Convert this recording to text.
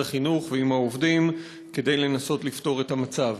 החינוך ועם העובדים כדי לנסות לפתור את המצב.